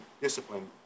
discipline